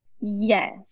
Yes